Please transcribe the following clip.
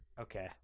Okay